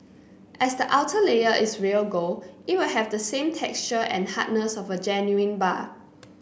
as the outer layer is real gold it will have the same texture and hardness of a genuine bar